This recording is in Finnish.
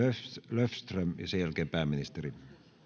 löfström ja sen jälkeen pääministeri